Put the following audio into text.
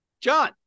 John